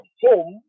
home